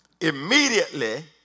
Immediately